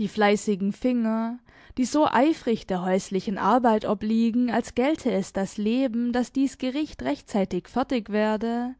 die fleißigen finger die so eifrig der häuslichen arbeit obliegen als gälte es das leben daß dies gericht rechtzeitig fertig werde